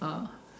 ah